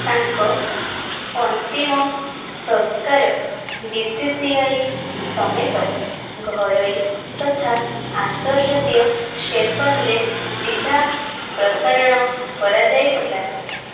ତାଙ୍କ ଅନ୍ତିମ ସଂସ୍କାର ବି ସି ସି ଆଇ ସମେତ ଘରୋଇ ତଥା ଆନ୍ତର୍ଜାତୀୟ ସେସନ୍ରେ ସିଧା ପ୍ରସାରଣ କରାଯାଇଥିଲା